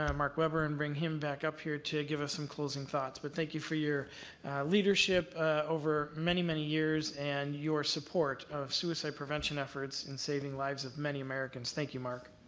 um mark weber, and bring him back up here to give us some closing thoughts. but thank you for your leadership over many, many years, and your support of suicide prevention efforts, and saving lives of many americans. thank you, mark.